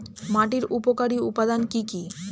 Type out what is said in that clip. মাটির উপকারী উপাদান কি কি?